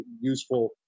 useful